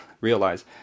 realize